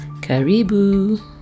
Karibu